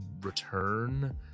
return